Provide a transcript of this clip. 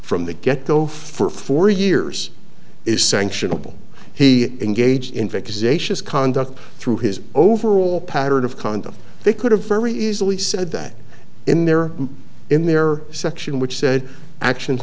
from the get go for four years is sanctionable he engaged in fact is a she is conduct through his overall pattern of conduct they could have very easily said that in their in their section which said actions